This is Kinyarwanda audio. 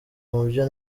mubyo